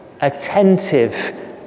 attentive